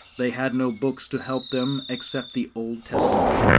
they had no books to help them except the old testament,